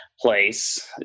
place